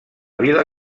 vila